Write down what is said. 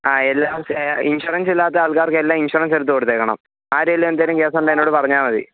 ആ എല്ലാം ഇൻഷുറൻസ് ഇല്ലാത്ത ആൾക്കാർക്കെല്ലാം ഇൻഷുറൻസ് എടുത്ത് കൊടുത്തേക്കണം ആരെങ്കിലും എന്തെങ്കിലും കേസ് ഉണ്ടെങ്കിൽ എന്നോട് പറഞ്ഞാൽ മതി